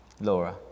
Laura